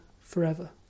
forever